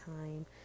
time